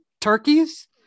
turkeys